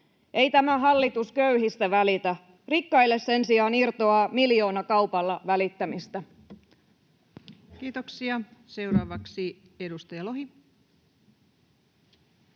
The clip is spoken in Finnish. Ei tämä hallitus köyhistä välitä. Rikkaille sen sijaan irtoaa miljoonakaupalla välittämistä. Kiitoksia. — Seuraavaksi edustaja Lohi.